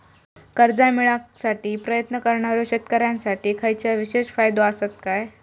कर्जा मेळाकसाठी प्रयत्न करणारो शेतकऱ्यांसाठी खयच्या विशेष फायदो असात काय?